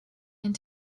and